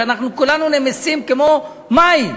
שאנחנו כולנו נמסים כמו מים.